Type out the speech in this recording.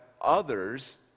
others